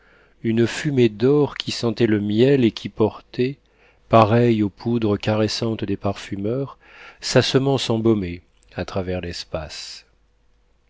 une fumée d'or qui sentait le miel et qui portait pareille aux poudres caressantes des parfumeurs sa semence enbaumée à travers l'espace